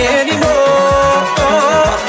anymore